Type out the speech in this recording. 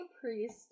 priest